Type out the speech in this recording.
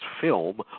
film